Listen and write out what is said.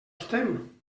estem